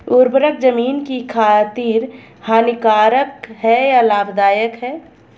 उर्वरक ज़मीन की खातिर हानिकारक है या लाभदायक है?